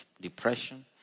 depression